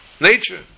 Nature